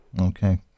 Okay